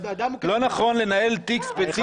לא נכון לנהל תיק ספציפי.